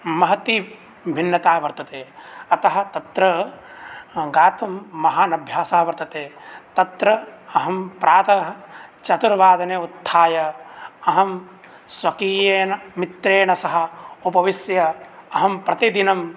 महती भिन्नता वर्तते अतः तत्र गातुं महान् अभ्यासः वर्तते तत्र अहं प्रातः चतुर्वादने उत्थाय अहं स्वकीयेन मित्रेण सह उपविश्य अहं प्रतिदिनं